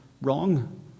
wrong